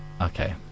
Okay